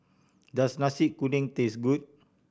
does Nasi Kuning taste good